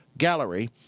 gallery